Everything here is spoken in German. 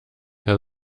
herr